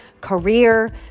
career